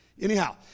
Anyhow